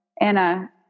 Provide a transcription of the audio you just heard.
Anna